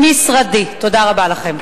תודה רבה לכם.